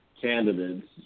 candidates